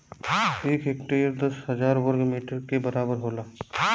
एक हेक्टेयर दस हजार वर्ग मीटर के बराबर होला